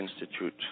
Institute